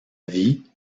vie